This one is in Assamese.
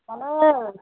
মানে